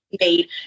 made